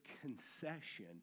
concession